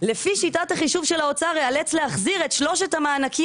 לפי שיטת החישוב של האוצר אאלץ להחזיר את שלושת המענקים